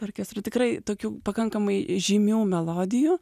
orkestrui tikrai tokių pakankamai žymių melodijų